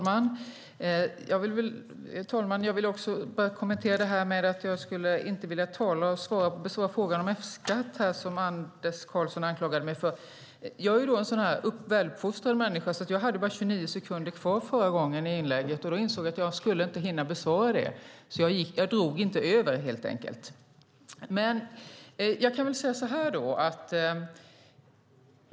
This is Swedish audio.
Fru talman! Anders Karlsson anklagade mig för att inte vilja besvara frågan om F-skatt. Jag är väluppfostrad och eftersom jag bara hade 29 sekunders talartid kvar insåg jag att jag inte skulle hinna besvara den utan att dra över tiden.